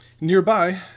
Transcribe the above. Nearby